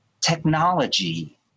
technology